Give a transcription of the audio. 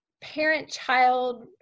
parent-child